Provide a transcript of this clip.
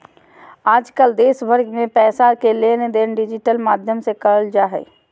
आजकल देश भर मे पैसा के लेनदेन डिजिटल माध्यम से करल जा हय